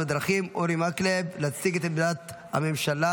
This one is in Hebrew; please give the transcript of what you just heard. בדרכים אורי מקלב להציג את עמדת הממשלה